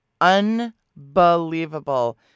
unbelievable